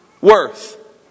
worth